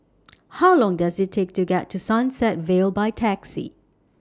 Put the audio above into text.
How Long Does IT Take to get to Sunset Vale By Taxi